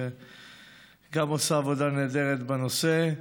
שגם היא עושה עבודה נהדרת בנושא.